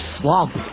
swamp